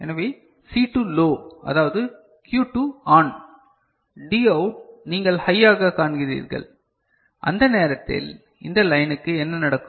எனவே C2 low அதாவ்து Q2 on Dஅவுட் நீங்கள் ஹையாக காண்கிறீர்கள் அந்த நேரத்தில் இந்த லைனுக்கு என்ன நடக்கும்